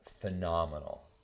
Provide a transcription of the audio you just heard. phenomenal